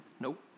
Nope